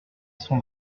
son